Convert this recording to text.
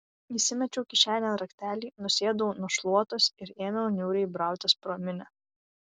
įsimečiau kišenėn raktelį nusėdau nu šluotos ir ėmiau niūriai brautis pro minią